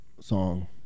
song